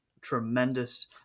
tremendous